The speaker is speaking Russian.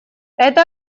это